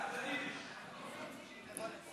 ההצעה להעביר את הצעת חוק הרשות הלאומית לתרבות היידיש (תיקון מס'